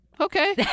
Okay